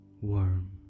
warm